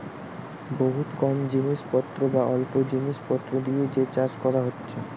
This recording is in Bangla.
বহুত কম জিনিস পত্র বা অল্প জিনিস পত্র দিয়ে যে চাষ কোরা হচ্ছে